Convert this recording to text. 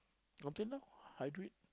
complain now I do it